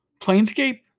Planescape